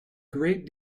great